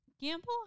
Gamble